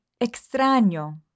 extraño